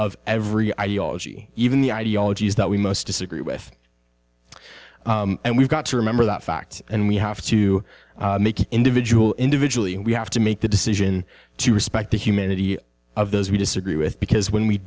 of every ideology even the ideologies that we most disagree with and we've got to remember that fact and we have to make individual individually and we have to make the decision to respect the humanity of those we disagree with because when we